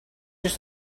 just